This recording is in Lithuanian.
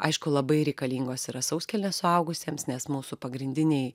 aišku labai reikalingos yra sauskelnės suaugusiems nes mūsų pagrindiniai